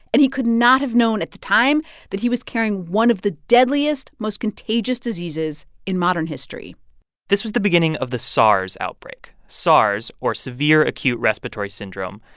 and he could not have known at the time that he was carrying one of the deadliest, most contagious diseases in modern history this was the beginning of the sars outbreak. sars, or severe acute respiratory syndrome,